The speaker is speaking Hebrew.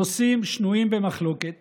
נושאים שנויים במחלוקת